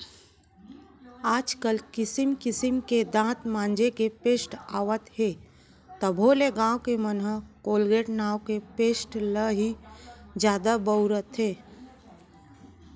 आज काल किसिम किसिम के दांत मांजे के पेस्ट आवत हे तभो ले गॉंव के मन ह कोलगेट नांव के पेस्ट ल ही जादा बउरथे